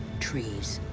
trees.